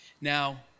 now